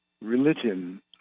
religion